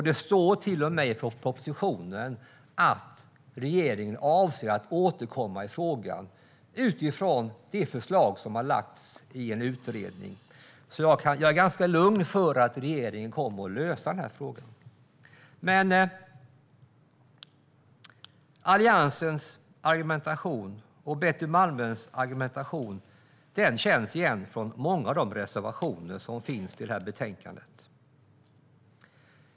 Det står till och med i propositionen att regeringen avser att återkomma i frågan utifrån det förslag som har lagts fram i en utredning. Jag är alltså ganska lugn när det gäller att regeringen kommer att lösa den här frågan. Alliansens och Betty Malmbergs argumentation känns igen från många av de reservationer som finns i det här betänkandet.